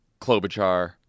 Klobuchar